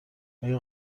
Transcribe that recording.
آیا